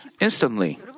instantly